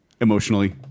Emotionally